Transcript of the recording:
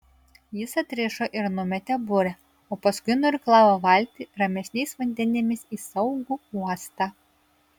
jis atrišo ir numetė burę o paskui nuirklavo valtį ramesniais vandenimis į saugų uostą